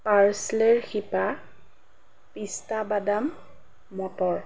পাৰ্চলেৰ শিপা পিষ্টাবাদাম মটৰ